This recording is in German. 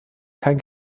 kein